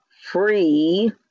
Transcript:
free